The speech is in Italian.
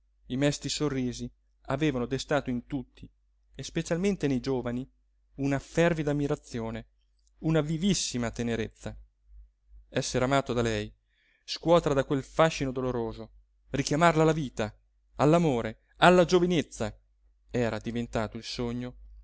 i mesti sorrisi avevano destato in tutti e specialmente nei giovani una fervida ammirazione una vivissima tenerezza essere amato da lei scuoterla da quel fascino doloroso richiamarla alla vita all'amore alla giovinezza era diventato il sogno